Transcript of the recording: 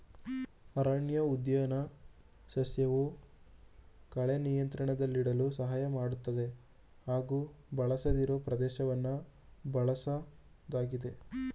ಅರಣ್ಯಉದ್ಯಾನ ಸಸ್ಯವು ಕಳೆ ನಿಯಂತ್ರಣದಲ್ಲಿಡಲು ಸಹಾಯ ಮಾಡ್ತದೆ ಹಾಗೂ ಬಳಸದಿರೋ ಪ್ರದೇಶವನ್ನ ಬಳಸೋದಾಗಿದೆ